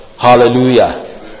Hallelujah